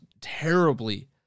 terribly